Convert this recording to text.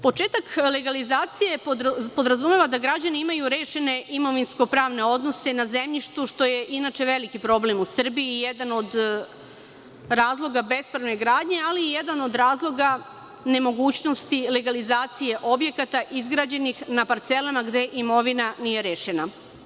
Početak legalizacije podrazumeva da građani imaju rešene imovinsko-pravne odnose na zemljištu, što je inače veliki problem u Srbiji i jedan od razloga bespravne gradnje, ali i jedan od razloga nemogućnosti legalizacije objekata izgrađenih na parcelama gde imovina nije rešena.